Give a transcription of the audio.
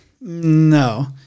no